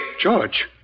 George